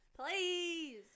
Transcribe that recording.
Please